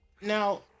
Now